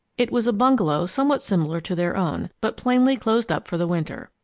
it was a bungalow somewhat similar to their own, but plainly closed up for the winter.